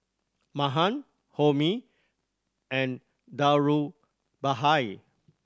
Mahan Homi and Dhirubhai